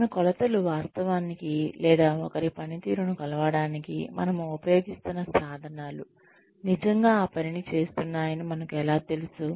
మన కొలతలు వాస్తవానికి లేదా ఒకరి పనితీరును కొలవడానికి మనము ఉపయోగిస్తున్న సాధనాలు నిజంగా ఆ పనిని చేస్తున్నాయని మనకు ఎలా తెలుసు